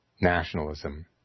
nationalism